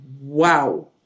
wow